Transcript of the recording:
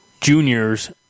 juniors